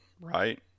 right